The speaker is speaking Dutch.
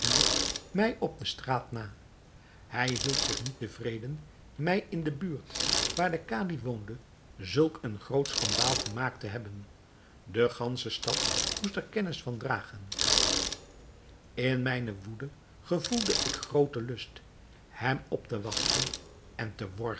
mij op de straat na hij hield zich niet tevreden mij in de buurt waar de kadi woonde zulk een groot schandaal gemaakt te hebben de gansche stad moest er kennis van dragen in mijne woede gevoelde ik grooten lust hem op te wachten en te worgen